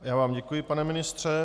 Já vám děkuji, pane ministře.